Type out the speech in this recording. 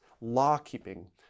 law-keeping